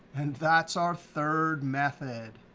and that's our third method.